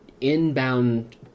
inbound